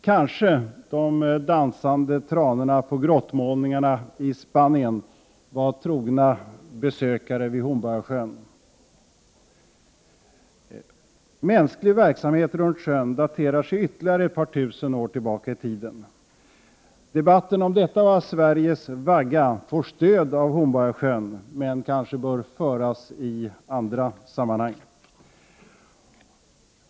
Kanske de dansande tranorna på grottmålningarna i Spanien var trogna besökare vid Hornborgasjön. Mänsklig verksamhet runt sjön daterar sig ytterligare ett par tusen år tillbaka i tiden. Debatten om huruvida detta varit Sveriges vagga får stöd av Hornborgasjön, men debatten bör kanske föras i andra sammanhang.